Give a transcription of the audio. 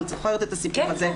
את זוכרת את הסיפור הזה,